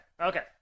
okay